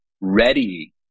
ready